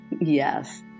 Yes